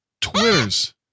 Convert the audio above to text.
Twitters